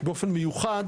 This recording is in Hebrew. באופן מיוחד